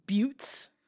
Buttes